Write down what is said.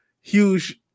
huge